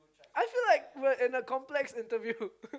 I feel like we are in a complex interview